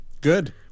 Good